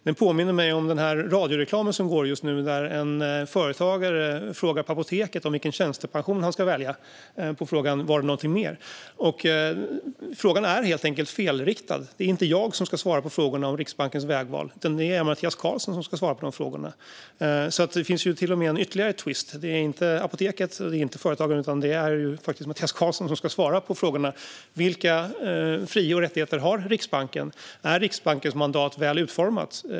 Den påminner mig om den där radioreklamen som går just nu där en företagare frågar på apoteket vilken tjänstepension han ska välja, som svar på frågan om det var någonting mer. Frågan är helt enkelt felriktad. Det är inte jag som ska svara på frågorna om Riksbankens vägval; det är Mattias Karlsson som ska svara på de frågorna. Det finns alltså till och med ytterligare en twist här. Det är inte apoteket och inte heller företagaren utan faktiskt Mattias Karlsson som ska svara på frågorna: Vilka fri och rättigheter har Riksbanken? Är Riksbankens mandat väl utformat?